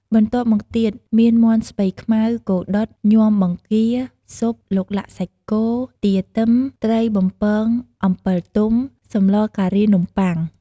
បន្ទាប់មកទៀត មានមាន់ស្ពៃខ្មៅ គោដុត ញាំបង្គា ស៊ុប ឡូឡាក់សាច់គោ ទាទឹម ត្រីបំពងអំបិសទុំ សម្លរការីនំប័ុង។